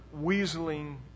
weaseling